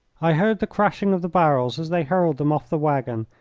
i heard the crashing of the barrels as they hurled them off the waggon,